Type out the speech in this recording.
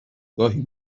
گاهی